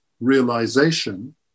realization